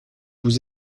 vous